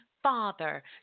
Father